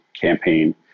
campaign